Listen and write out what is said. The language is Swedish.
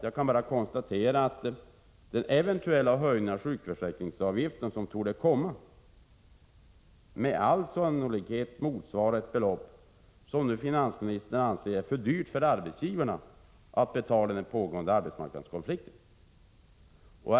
Jag kan bara konstatera att den höjning av sjukförsäkringsavgiften som torde komma med all sannolikhet motsvarar ett belopp som finansministern nu anser är för mycket för arbetsgivarna att betala under den pågående arbetsmarknadskonflikten.